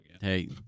Hey